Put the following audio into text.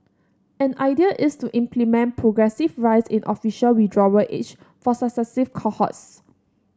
an idea is to implement progressive rise in official withdrawal age for cohorts